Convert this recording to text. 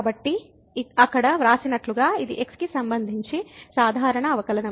కాబట్టి అక్కడ వ్రాసినట్లుగా ఇది x కి సంబంధించి సాధారణ అవకలనం